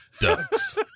ducks